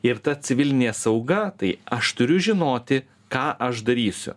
ir ta civilinė sauga tai aš turiu žinoti ką aš darysiu